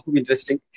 interesting